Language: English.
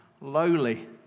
lowly